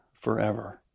forever